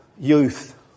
youth